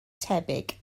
tebyg